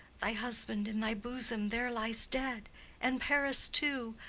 thy husband in thy bosom there lies dead and paris too.